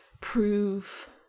prove